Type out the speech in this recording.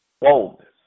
boldness